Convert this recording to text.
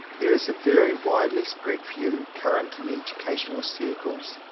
there is a very widely spread view, current in educational circles,